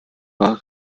war